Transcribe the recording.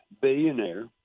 billionaire